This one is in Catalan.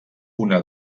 una